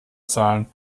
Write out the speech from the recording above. zahlen